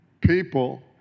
people